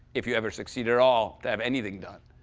if you ever succeed at all to have anything done.